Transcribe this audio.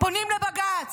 פונים לבג"ץ.